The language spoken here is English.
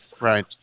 Right